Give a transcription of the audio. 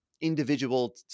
individual